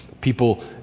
people